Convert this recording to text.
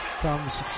Comes